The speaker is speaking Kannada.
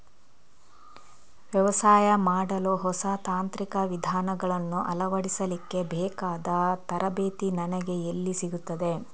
ವ್ಯವಸಾಯ ಮಾಡಲು ಹೊಸ ತಾಂತ್ರಿಕ ವಿಧಾನಗಳನ್ನು ಅಳವಡಿಸಲಿಕ್ಕೆ ಬೇಕಾದ ತರಬೇತಿ ನನಗೆ ಎಲ್ಲಿ ಸಿಗುತ್ತದೆ?